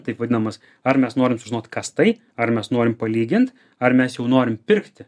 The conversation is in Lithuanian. taip vadinamas ar mes norim žinot kas tai ar mes norim palygint ar mes jau norim pirkti